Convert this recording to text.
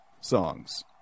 songs